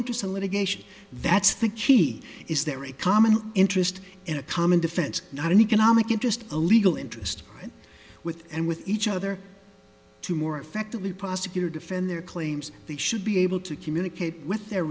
interest in litigation that's the key is there a common interest in a common defense not an economic interest a legal interest with and with each other to more effectively prosecutor defend their claims they should be able to communicate with their